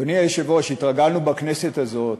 אדוני היושב-ראש, התרגלנו בכנסת הזאת